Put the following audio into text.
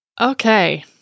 Okay